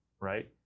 right